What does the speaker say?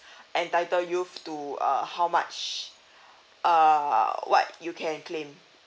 entitle you to uh how much uh what you can claim